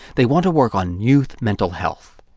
they want to work on youth mental health.